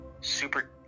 super